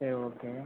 சரி ஓகே